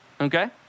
okay